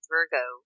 Virgo